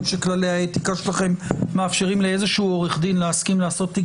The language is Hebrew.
שכללי האתיקה שלכם מאפשרים לאיזשהו עורך דין להסכים לעשות תיק